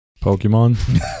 Pokemon